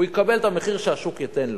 הוא יקבל את המחיר שהשוק ייתן לו.